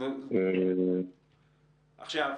עכשיו,